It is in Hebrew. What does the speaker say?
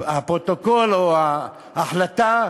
הפרוטוקול, או ההחלטה,